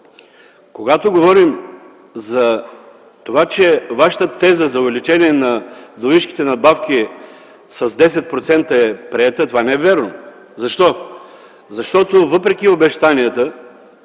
когато говорим за това, че Вашата теза за увеличение на вдовишките надбавки с 10% е приета, това не е вярно. Защо? Защото въпреки обещанията